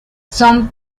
son